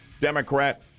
Democrat